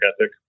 ethic